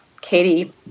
Katie